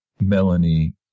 Melanie